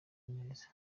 neza